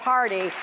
Party